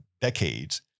decades